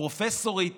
פרופסורית